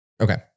Okay